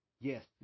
Yes